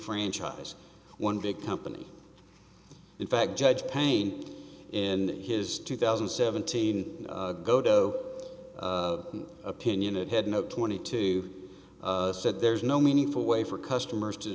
franchise one big company in fact judge pain in his two thousand and seventeen gotoh opinion it had no twenty two said there's no meaningful way for customers to